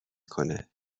کنهبریم